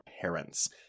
parents